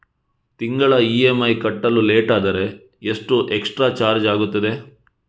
ತಿಂಗಳ ಇ.ಎಂ.ಐ ಕಟ್ಟಲು ಲೇಟಾದರೆ ಎಷ್ಟು ಎಕ್ಸ್ಟ್ರಾ ಚಾರ್ಜ್ ಆಗುತ್ತದೆ?